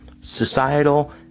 societal